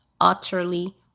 utterly